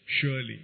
Surely